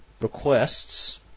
requests